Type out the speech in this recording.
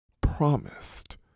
promised